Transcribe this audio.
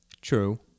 True